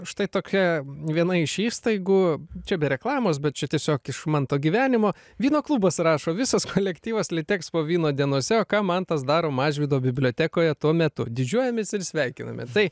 štai tokia viena iš įstaigų čia be reklamos bet čia tiesiog iš manto gyvenimo vyno klubas rašo visas kolektyvas litekspo vyno dienose o ką mantas daro mažvydo bibliotekoje tuo metu didžiuojamės ir sveikiname tai